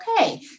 Okay